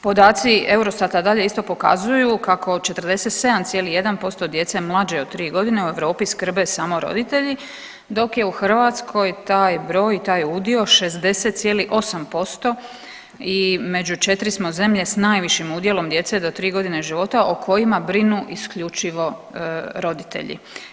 Podaci Eurostata dalje isto pokazuju kako o 47,1% djece mlađe od 3.g. u Europi skrbe samo roditelji dok je u Hrvatskoj taj broj i taj udio 60,8% i među četiri smo zemlje s najvišim udjelom djece do 3.g. života o kojima brinu isključivo roditelji.